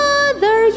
Mother